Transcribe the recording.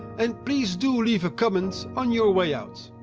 and please do leave a comment on your way out.